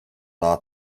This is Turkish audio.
daha